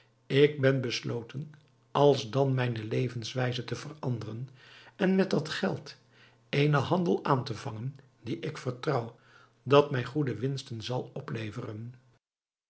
ik ben besloten alsdan mijne levenswijze te veranderen en met dat geld eenen handel aan te vangen dien ik vertrouw dat mij goede winsten zal opleveren